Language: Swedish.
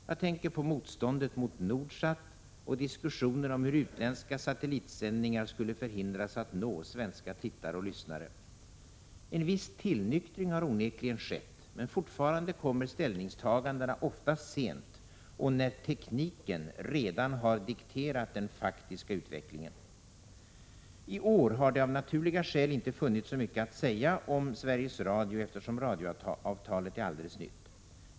Jag tänker på motståndet mot Nordsat och diskussionen om hur utländska satellitsändningar skulle förhindras att nå svenska tittare och lyssnare. En viss tillnyktring har onekligen skett, men fortfarande kommer ställningstagandena ofta sent och när tekniken redan har dikterat den faktiska utvecklingen. I år har det av naturliga skäl inte funnits så mycket att säga om Sveriges Radio eftersom radioavtalet är alldeles nytt.